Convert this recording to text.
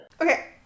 Okay